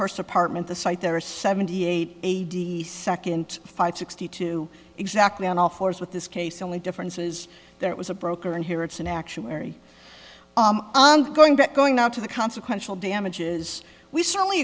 first apartment the site there are seventy eight eighty second five sixty two exactly on all fours with this case the only difference is there was a broker and here it's an actuary going back going out to the consequential damages we certainly